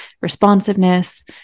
responsiveness